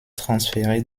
transféré